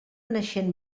naixent